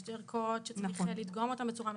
יש ערכות שצריך לדגום אותן בצורה מסוימת,